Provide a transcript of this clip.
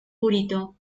purito